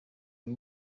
rwo